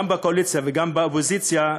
גם בקואליציה וגם באופוזיציה,